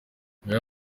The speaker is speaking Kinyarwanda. ngaya